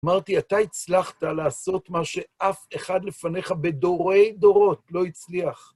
אמרתי, אתה הצלחת לעשות מה שאף אחד לפניך בדורי דורות לא הצליח.